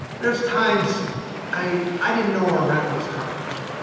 there's times i i didn't know where rent was coming from.